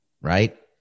Right